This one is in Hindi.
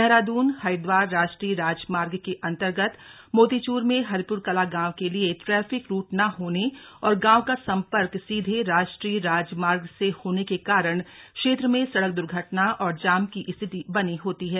देहरादून हरिद्वार राष्ट्रीय राजमार्ग के अंतर्गत मोतीचूर में हरिप्र कला गांव के लिए ट्रैफिर रूट न होने और गांव का सम्पर्क सीधे राष्ट्रीय राजमार्ग से होने के कारण क्षेत्र में सड़क द्र्घटना और जाम की स्थिति बन होती है